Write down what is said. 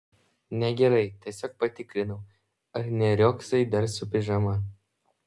ne gerai tiesiog patikrinau ar neriogsai dar su pižama